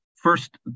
first